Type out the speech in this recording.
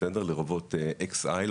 לרובוט XI,